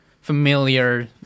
familiar